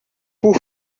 por